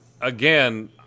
again